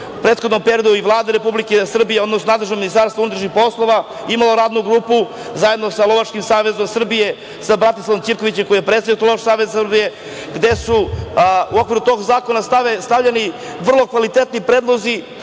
prethodnom periodu i Vlada Republike Srbije, odnosno nadležno Ministarstvo unutrašnjih poslova imalo radnu grupu zajedno sa Lovačkim savezom Srbije, sa Bratislavom Ćirkovićem, koji je predsednik Lovačkog saveza Srbije, gde su u okviru tog zakona stavljeni vrlo kvalitetni predlozi,